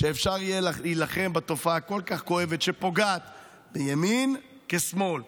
שאפשר יהיה להילחם בתופעה כל כך כואבת שפוגעת בימין כבשמאל,